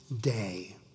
day